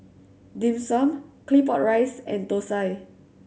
Dim Sum Claypot Rice and Thosai